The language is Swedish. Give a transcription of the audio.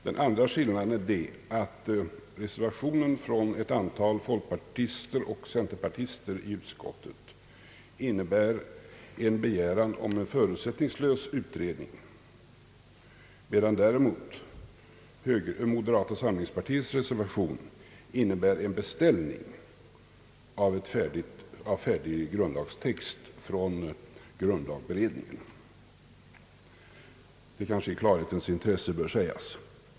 Den andra skillnaden är att reservationen från ett antal folkpartister och centerpartister i utskottet innebär en begäran om en förutsättningslös utredning, medan däremot moderata samlingspartiets reservation innebär en beställning av färdig grundlagstext från grundlagberedningen. Detta kanske i klarhetens intresse bör sägas.